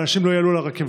ואנשים לא יעלו לרכבת.